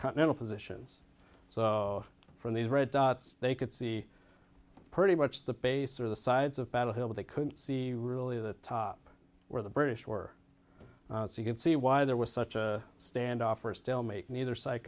continental positions so from these red dots they could see pretty much the base or the sides of battlefield they couldn't see really the top where the british were so you can see why there was such a standoff or still make neither side